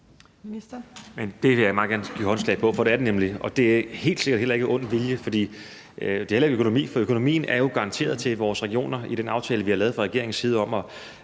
det vil jeg meget gerne give håndslag på, for det er det nemlig. Det er helt sikkert heller ikke af ond vilje, og det er heller ikke på grund af økonomi, for økonomien er jo garanteret til vores regioner i den aftale, vi har lavet fra regeringens side, om at